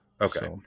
Okay